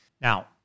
Now